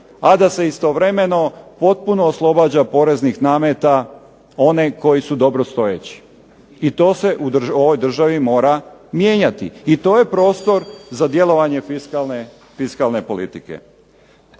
a da se istovremeno potpuno oslobađa poreznih nameta one koji su dobrostojeći. I to se u ovoj državi mora mijenjati, i to je prostor za djelovanje fiskalne politike.